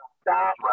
Stop